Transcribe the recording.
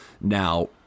Now –